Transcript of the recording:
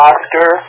Oscar